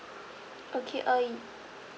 okay uh